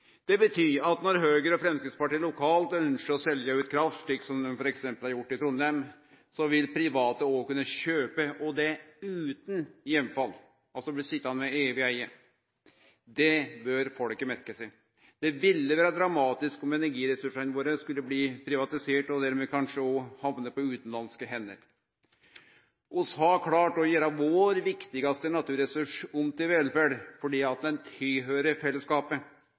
Det betyr at når Høgre og Framstegspartiet lokalt ønskjer å selje ut kraft, slik dei har gjort f.eks. i Trondheim, vil private òg kunne kjøpe, og det utan heimfall – dei blir altså sitjande med evig eige. Det bør folket merke seg. Det ville vore dramatisk om energiressursane våre skulle bli privatiserte og dermed kanskje òg hamne på utanlandske hender. Vi har klart å gjere vår viktigaste naturressurs om til velferd, fordi